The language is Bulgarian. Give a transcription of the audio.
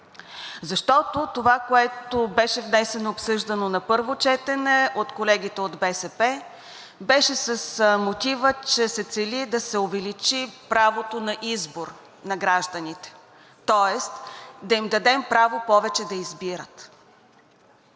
Защото това, което беше внесено и обсъждано на първо четене, от колегите от БСП, беше с мотива, че се цели да се увеличи правото на избор на гражданите, тоест да им дадем право повече да избират.